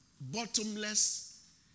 bottomless